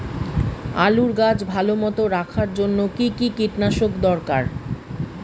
আলুর গাছ ভালো মতো রাখার জন্য কী কী কীটনাশক দরকার?